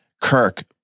Kirk